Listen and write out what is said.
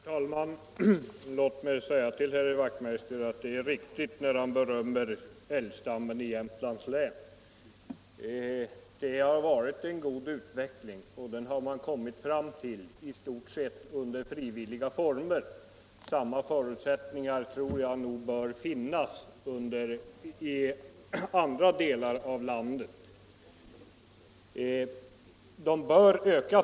Herr talman! Låt mig säga till herr Wachtmeister i Johannishus att det är riktigt när han berömmer älgstammen i Jämtlands län. Utvecklingen har varit god och den har man kommit fram till i stort sett under frivilliga former. Samma förutsättningar tror jag nog bör finnas i andra delar av landet.